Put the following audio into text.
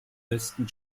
besten